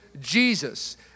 Jesus